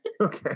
Okay